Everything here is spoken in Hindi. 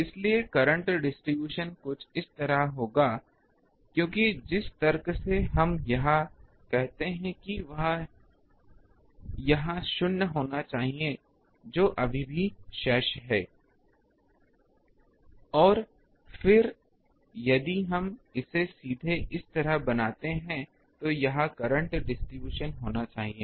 इसलिए करंट डिस्ट्रीब्यूशन कुछ इस तरह का होगा क्योंकि जिस तर्क से हम यह कहते हैं कि यह यहां शून्य होना चाहिए जो अभी भी शेष है और फिर यदि हम इसे सीधे इस तरह बनाते हैं तो यह भी करंट डिस्ट्रीब्यूशन होना चाहिए